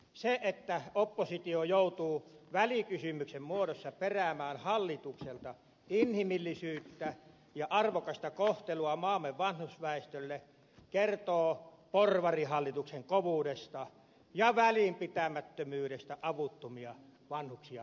se että oppositio joutuu välikysymyksen muodossa peräämään hallitukselta inhimillisyyttä ja arvokasta kohtelua maamme vanhusväestölle kertoo porvarihallituksen kovuudesta ja välinpitämättömyydestä avuttomia vanhuksia kohtaan